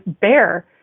bear